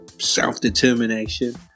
Self-determination